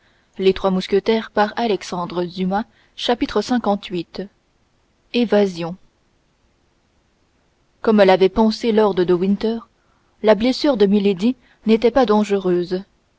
lviii évasion comme l'avait pensé lord de winter la blessure de milady n'était pas dangereuse